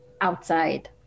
outside